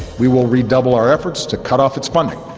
we will redouble our efforts to cut off its funding,